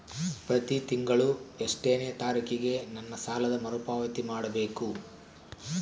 ಪ್ರತಿ ತಿಂಗಳು ಎಷ್ಟನೇ ತಾರೇಕಿಗೆ ನನ್ನ ಸಾಲದ ಮರುಪಾವತಿ ಮಾಡಬೇಕು?